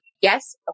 Yes